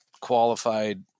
qualified